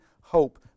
hope